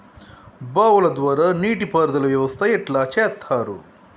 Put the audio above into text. బావుల ద్వారా నీటి పారుదల వ్యవస్థ ఎట్లా చేత్తరు?